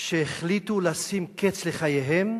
שהחליטו לשים קץ לחייהם,